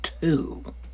two